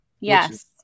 Yes